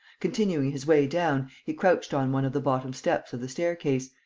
continuing his way down, he crouched on one of the bottom steps of the staircase,